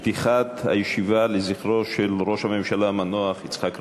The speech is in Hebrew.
לפתיחת הישיבה לזכרו של ראש הממשלה המנוח יצחק רבין.